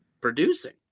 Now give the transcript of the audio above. producing